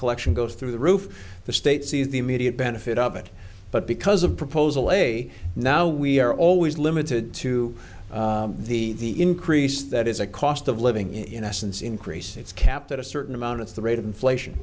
collection goes through the roof the state sees the immediate benefit of it but because of proposal a now we are always limited to the increase that is a cost of living in essence increase it's capped at a certain amount of the rate of inflation